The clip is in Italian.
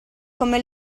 come